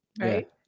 right